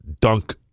dunk